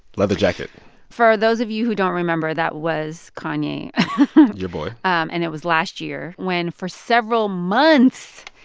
leather jacket for those of you who don't remember, that was kanye your boy um and it was last year when, for several months,